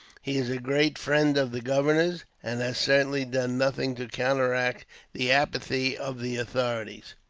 he is a great friend of the governor's, and has certainly done nothing to counteract the apathy of the authorities.